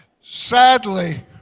Sadly